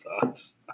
thoughts